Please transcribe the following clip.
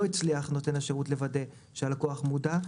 הצליח נותן השירות לוודא שהלקוח מודע,